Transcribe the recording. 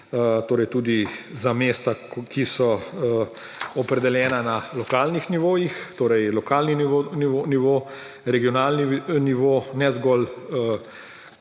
tudi za mesta, ki so opredeljena na lokalnih nivojih, torej lokalni nivo, regionalni nivo, ne zgolj